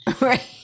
Right